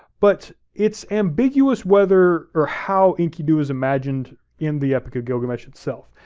but it's ambiguous whether, or how enkidu is imagined in the epic of gilgamesh itself.